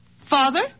Father